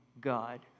God